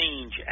change